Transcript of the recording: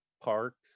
parks